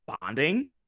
bonding